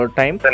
time